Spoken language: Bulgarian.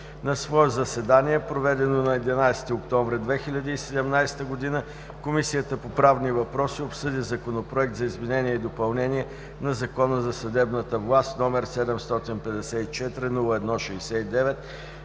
На свое заседание, проведено на 11 октомври 2017 г., Комисията по правни въпроси обсъди Законопроект за изменение и допълнение на Закона за съдебната власт, № 754-01-69,